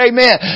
Amen